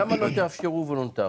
למה שלא תאפשרו וולונטרי?